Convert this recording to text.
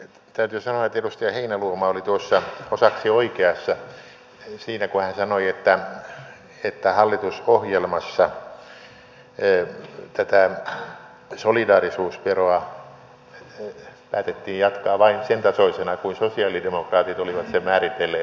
täytyy sanoa että edustaja heinäluoma oli osaksi oikeassa siinä kun hän sanoi että hallitusohjelmassa tätä solidaarisuusveroa päätettiin jatkaa vain sen tasoisena kuin sosialidemokraatit olivat sen määritelleet